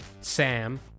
Sam